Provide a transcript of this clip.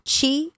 chi